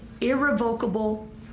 irrevocable